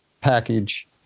package